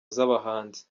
z’abahanzi